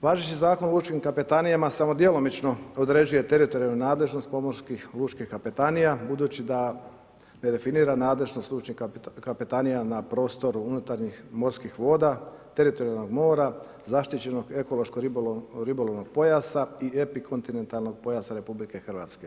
Važeći Zakon o lučkim kapetanijama samo djelomično određuje teritorijalnu nadležnost pomorskih lučkih kapetanija budući da je definirana nadležnost lučkih kapetanija na prostoru unutarnjih morskih voda, teritorijalnog mora, zaštićeno ekološko ribolovnog pojasa i epikontinentalnog pojasa RH.